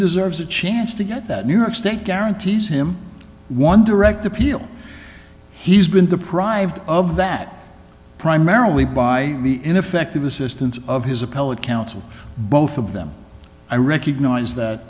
deserves a chance to get that new york state guarantees him one direct appeal he's been deprived of that primarily by the ineffective assistance of his appellate counsel both of them i recognize